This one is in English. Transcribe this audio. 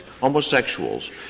homosexuals